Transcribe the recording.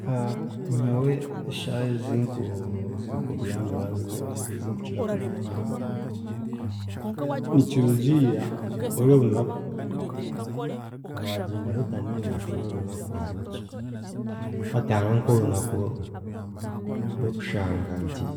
nyowe eshaaha ezinku ezinkubyamira nyowe ezinkukira kubyamiramu nikirugiirira or'orunaku rwagyenda ruta ningashi or'orunaku harihoki, hati hariho nk'orunaku rw'okushanga nti